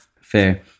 Fair